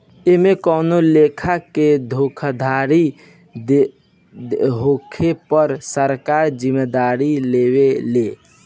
एमे कवनो लेखा के धोखाधड़ी होखे पर सरकार जिम्मेदारी लेवे ले